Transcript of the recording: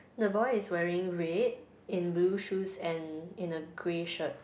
the boy is wearing red in blue shoes and in a grey shirt